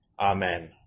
Amen